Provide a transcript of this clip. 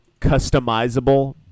customizable